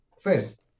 First